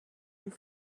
and